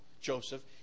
Joseph